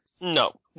No